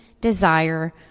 desire